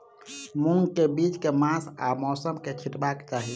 मूंग केँ बीज केँ मास आ मौसम मे छिटबाक चाहि?